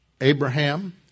Abraham